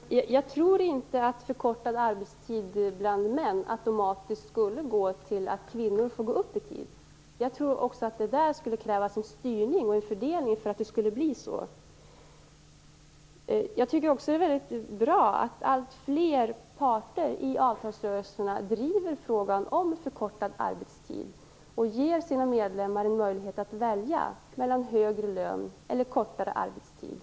Fru talman! Jag tror inte att förkortad arbetstid bland män automatiskt skulle leda till att kvinnor får ökad arbetstid. Jag tror att det också där skulle krävas styrning och fördelning för att det skulle bli så. Jag tycker att det är väldigt bra att flera parter i avtalsrörelserna driver frågan om förkortad arbetstid och ger sina medlemmar möjlighet att välja mellan högre lön och kortare arbetstid.